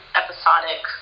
episodic